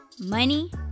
money